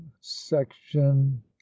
section